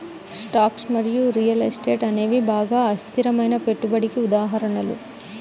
stocks మరియు real estate అనేవి బాగా అస్థిరమైన పెట్టుబడికి ఉదాహరణలు